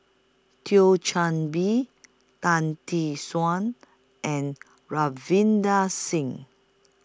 Thio Chan Bee Tan Tee Suan and Ravinder Singh